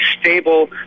stable